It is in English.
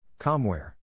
Comware